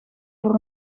voor